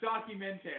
documentary